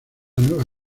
nueva